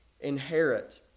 inherit